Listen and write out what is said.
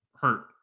hurt